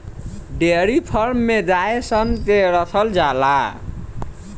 dairy farm में गाय सन के राखल जाला